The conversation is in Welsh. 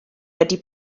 wedi